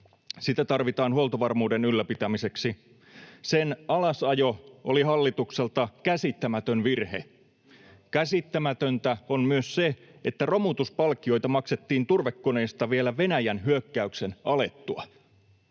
Sitä tarvitaan huoltovarmuuden ylläpitämiseksi. Sen alasajo oli hallitukselta käsittämätön virhe. Käsittämätöntä on myös se, että romutuspalkkioita maksettiin turvekoneista vielä Venäjän hyökkäyksen alettua.